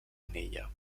anella